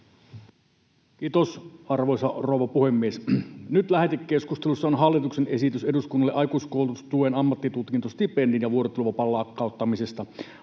Kiitos, arvoisa rouva puhemies! Nyt lähetekeskustelussa on hallituksen esitys eduskunnalle aikuiskoulutustuen, ammattitutkintostipendin ja vuorotteluvapaan lakkauttamisesta.